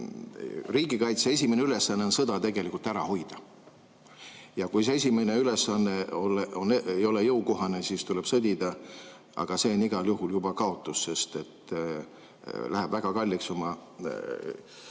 riigikaitse esimene ülesanne on sõda ära hoida. Kui see esimene ülesanne ei ole jõukohane, siis tuleb sõdida, aga see on igal juhul juba kaotus, sest läheb väga kalliks.